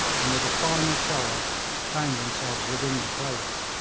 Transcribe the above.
and with a final charge found themselves within the place.